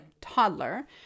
toddler